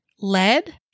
lead